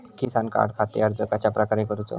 किसान कार्डखाती अर्ज कश्याप्रकारे करूचो?